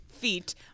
feet